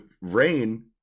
rain